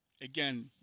again